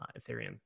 Ethereum